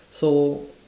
so